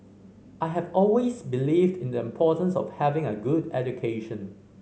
I have always believed in the importance of having a good education